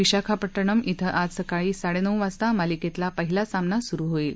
विशाखापट्टणम िक आज सकाळी साडेनऊ वाजता मालिकेतला पहिला सामना सुरू होईल